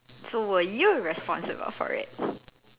so were you responsible for it